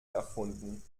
erfunden